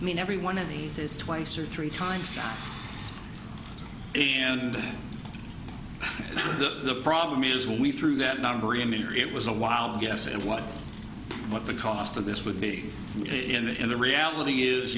and mean every one of these is twice or three times and the problem is we threw that number him in or it was a wild guess and what what the cost of this would be in the in the reality is